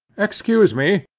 excuse me,